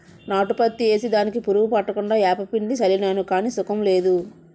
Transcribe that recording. నాటు పత్తి ఏసి దానికి పురుగు పట్టకుండా ఏపపిండి సళ్ళినాను గాని సుకం లేదు